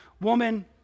woman